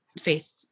faith